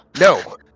No